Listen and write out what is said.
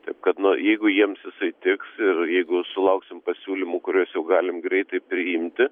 taip kad nu jeigu jiems jisai tiks ir jeigu sulauksim pasiūlymų kuriuos jau galim greitai priimti